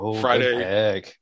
Friday